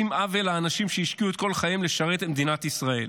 אתם עושים עוול לאנשים שהשקיעו את כל חייהם לשרת את מדינת ישראל".